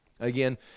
Again